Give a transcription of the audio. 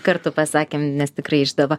kartu pasakėm nes tikrai išdava